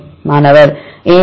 மாணவர் AL2CO